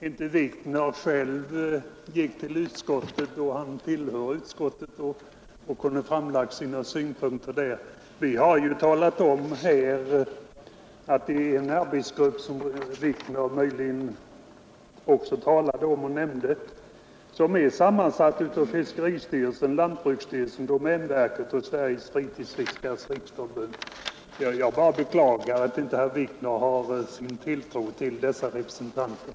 Herr talman! Jag beklagar att herr Wikner inte framförde sina synpunkter i utskottet, där han själv är ledamot. Vi har ju redovisat att det finns en arbetsgrupp, som herr Wikner möjligen också nämnde och som är sammansatt av representanter för naturvårdsverket, fiskeristyrelsen, lantbruksstyrelsen, domänverket och Sveriges fritidsfiskares riksförbund. Jag beklagar bara att herr Wikner inte har tilltro till dessa representanter.